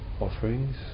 offerings